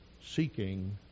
seeking